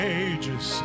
ages